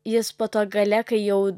jis po to gale kai jau